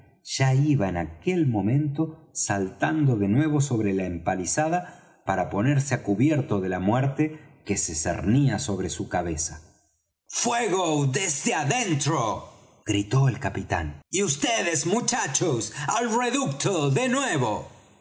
ya iba en aquel momento saltando de nuevo sobre la empalizada para ponerse á cubierto de la muerte que se cernía sobre su cabeza fuego desde adentro gritó el capitán y vds muchachos al reducto de nuevo